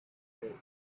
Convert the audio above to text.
pit